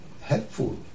helpful